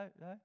no